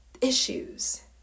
issues